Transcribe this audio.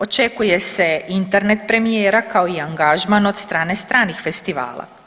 Očekuje se internet premijera, kao i angažman od strane stranih festivala.